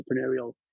entrepreneurial